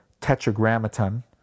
Tetragrammaton